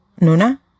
Nuna